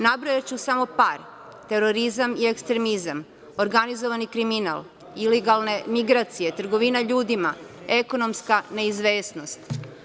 Nabrojaću samo par, terorizam i ekstremizam, organizovani kriminal, ilegalne migracije, trgovina ljudima, ekonomska neizvesnost.